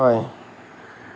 হয়